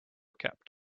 kept